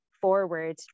forward